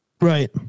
Right